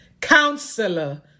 counselor